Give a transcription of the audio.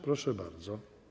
Proszę bardzo.